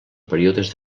períodes